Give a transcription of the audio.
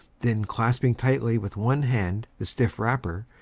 then, clasping tightly with one hand the stiff wrapper,